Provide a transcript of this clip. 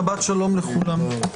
שבת שלום לכולם.